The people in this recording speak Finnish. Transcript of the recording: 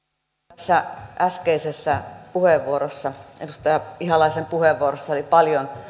tässä äskeisessä puheenvuorossa edustaja ihalaisen puheenvuorossa oli paljon